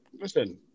listen